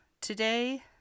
today